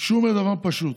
והוא אומר דבר פשוט.